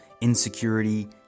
insecurity